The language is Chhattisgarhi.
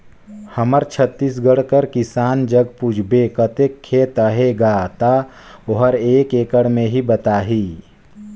हमर छत्तीसगढ़ कर किसान जग पूछबे कतेक खेत अहे गा, ता ओहर एकड़ में ही बताही